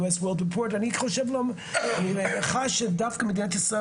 אז אני מבקש ממך מספר דקות לומר,